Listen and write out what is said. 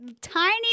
tiny